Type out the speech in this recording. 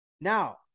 now